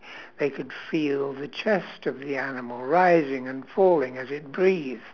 they could feel the chest of the animal rising and falling as it breathes